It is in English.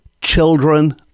children